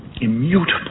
immutable